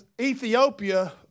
Ethiopia